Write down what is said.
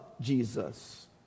Jesus